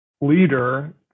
leader